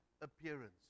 appearance